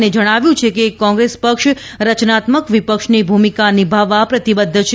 અને જણાવ્યું છે કે કોંગ્રેસ પક્ષ રચનાત્મક વિપક્ષની ભૂમિકા નિભાવવા પ્રતિબદ્ધ છે